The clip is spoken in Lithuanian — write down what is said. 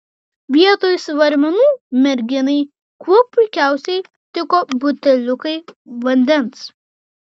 vietoj svarmenų merginai kuo puikiausiai tiko buteliukai vandens